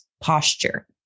posture